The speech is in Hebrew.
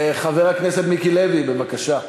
חבר הכנסת מיקי לוי, בבקשה.